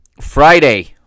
Friday